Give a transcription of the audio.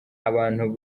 abantu